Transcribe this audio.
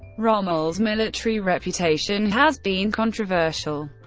rommel's military reputation has been controversial.